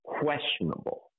questionable